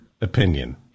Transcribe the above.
opinion